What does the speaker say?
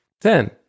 Ten